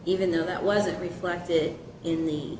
even though that wasn't reflected in the